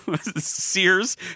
Sears